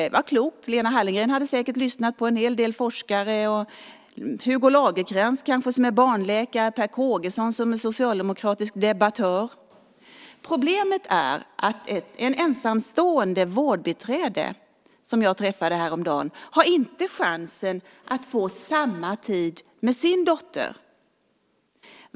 Det var klokt. Lena Hallengren hade säkert lyssnat på en hel del forskare och kanske på Hugo Lagercrantz som är barnläkare och på Per Kågeson som är en socialdemokratisk debattör. Problemet är att till exempel det ensamstående vårdbiträde som jag träffade häromdagen inte har chansen att få samma tid med sin dotter.